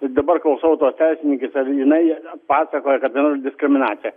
ir dabar klausau tos teisininkės ir jinai pasakoja ko nors diskriminaciją